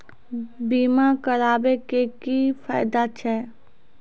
बीमा कराबै के की फायदा छै?